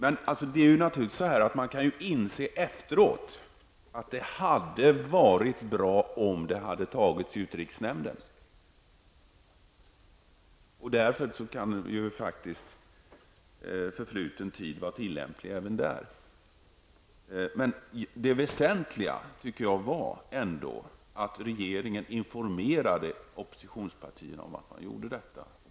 Efteråt kan man naturligtvis inse att det hade varit bra om saken hade kommit upp i utrikesnämnden. Därför kan ju förfluten tid vara tillämplig även där. Men det väsentliga var ändå att regeringen informerade oppositionspartierna om detta.